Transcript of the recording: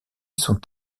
sont